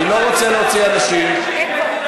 אוסקוט.